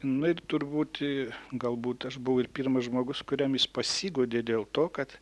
nu ir turbūt galbūt aš buvau ir pirmas žmogus kuriam jis pasiguodė dėl to kad